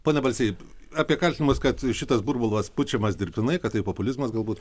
pone balsy apie kaltinimus kad šitas burbulas pučiamas dirbtinai kad tai populizmas galbūt